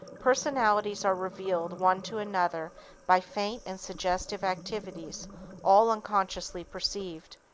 personalities are revealed one to another by faint and suggestive activities all unconsciously perceived.